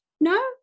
No